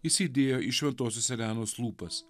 įsidėjo į šventosios elenos lūpas